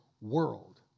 world